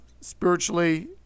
spiritually